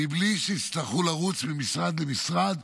מבלי שיצטרכו לרוץ ממשרד למשרד.